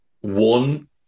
one